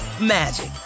magic